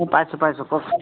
পাইছোঁ পাইছোঁ কওকচোন